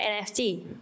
NFT